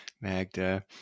Magda